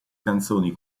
canzoni